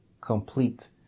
complete